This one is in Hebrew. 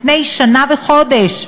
לפני שנה וחודש,